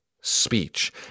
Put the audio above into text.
speech